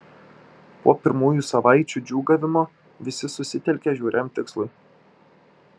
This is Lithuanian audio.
po pirmųjų savaičių džiūgavimo visi susitelkė žiauriam tikslui